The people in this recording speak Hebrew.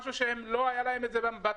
משהו שלא היה להם בטף.